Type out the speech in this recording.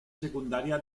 secundaria